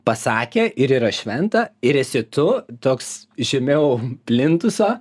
pasakė ir yra šventa ir esi tu toks žemiau plintuso